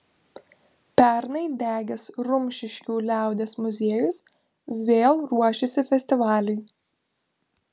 pernai degęs rumšiškių liaudies muziejus vėl ruošiasi festivaliui